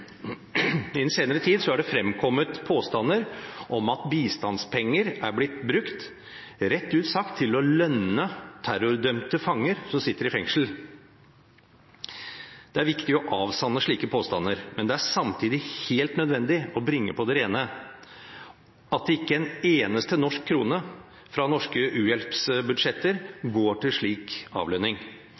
fremkommet påstander om at bistandspenger er blitt brukt – rett ut sagt – til å lønne terrordømte fanger som sitter i fengsel. Det er viktig å avsanne slike påstander, men det er samtidig helt nødvendig å bringe på det rene at ikke en eneste norsk krone fra norske u-hjelpsbudsjetter går til slik avlønning.